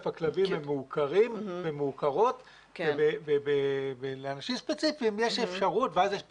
הכלבים הם מעוקרים ומעוקרות ולאנשים ספציפיים יש אפשרות ואז יש פיקוח.